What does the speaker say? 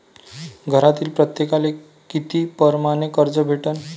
घरातील प्रत्येकाले किती परमाने कर्ज भेटन?